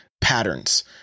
patterns